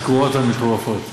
התקורות הן מטורפות.